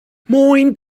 moin